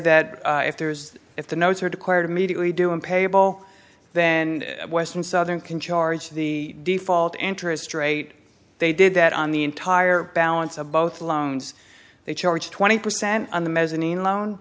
that if there's if the notes are declared immediately due and payable then western southern can charge the default interest rate they did that on the entire balance of both loans they charged twenty percent